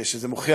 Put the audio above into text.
שזה מוכיח,